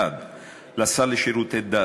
1. לשר לשירותי דת,